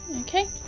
Okay